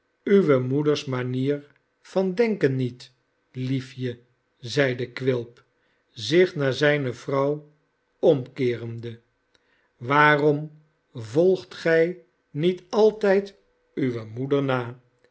uwe moeders manier van denken niet liefje zeide quilp zich naar zijne vrouw omkeerende waarom volgt gij niet altijd uwe moeder na